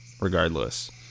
regardless